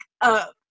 up